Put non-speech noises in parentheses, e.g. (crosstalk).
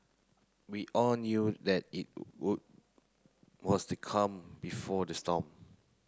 we all knew that it (unintelligible) was the calm before the storm